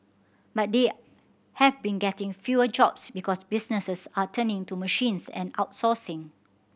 but they have been getting fewer jobs because businesses are turning to machines and outsourcing